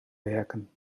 werken